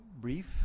brief